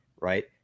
Right